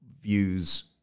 views